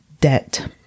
debt